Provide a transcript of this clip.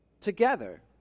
together